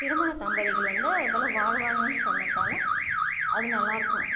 திருமண தம்பதிகள் வந்து அது போல் வாழ்வாங்கன்னு சொன்னதால் அது நல்லாருக்கும்